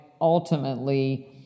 ultimately